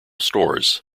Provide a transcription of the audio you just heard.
stores